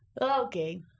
Okay